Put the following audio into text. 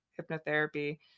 hypnotherapy